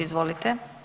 Izvolite.